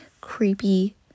creepy